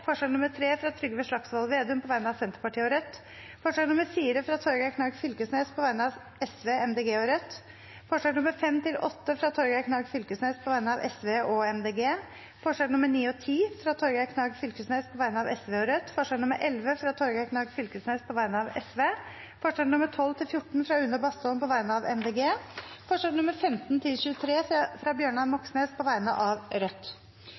forslag nr. 3, fra Trygve Slagsvold Vedum på vegne av Senterpartiet og Rødt forslag nr. 4, fra Torgeir Knag Fylkesnes på vegne av Sosialistisk Venstreparti, Miljøpartiet De Grønne og Rødt forslagene nr. 5–8, fra Torgeir Knag Fylkesnes på vegne av Sosialistisk Venstreparti og Miljøpartiet De Grønne forslagene nr. 9 og 10, fra Torgeir Knag Fylkesnes på vegne av Sosialistisk Venstreparti og Rødt forslag nr. 11, fra Torgeir Knag Fylkesnes på vegne av Sosialistisk Venstreparti forslagene nr. 12–14, fra Une Bastholm på vegne av Miljøpartiet De Grønne forslagene nr. 15–23, fra Bjørnar Moxnes på vegne av Rødt